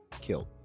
killed